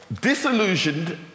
disillusioned